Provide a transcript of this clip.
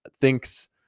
thinks